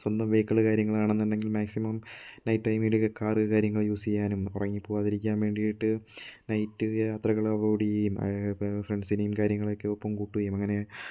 സ്വന്തം വെഹിക്കിൾ കാര്യങ്ങളാണെന്നുണ്ടെങ്കിൽ maximum night ടൈമില് കാറ് കാര്യങ്ങള് യൂസ് ചെയ്യാനും ഉറങ്ങിപ്പോകാതിരിയ്ക്കാൻ വേണ്ടിയിട്ട് നൈറ്റ് യാത്രകള് അവോയ്ഡ് ചെയ്യുകയും ഫ്രണ്ട്സിനേയും കാര്യങ്ങളൊക്കെ ഒപ്പം കൂട്ടുകയും അങ്ങനെ